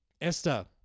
esther